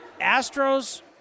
Astros